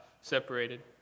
separated